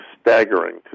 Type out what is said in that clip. staggering